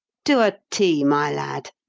to a t, my lad,